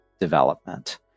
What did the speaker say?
development